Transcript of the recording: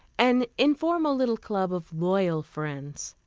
an informal little club of loyal friends.